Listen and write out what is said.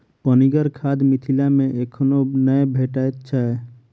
पनिगर खाद मिथिला मे एखनो नै भेटैत छै